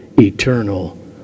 eternal